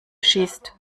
schießt